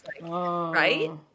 right